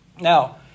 Now